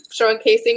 showcasing